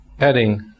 adding